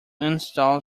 uninstall